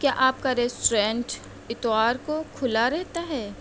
کیا آپ کا ریسٹورنٹ اتوار کو کھلا رہتا ہے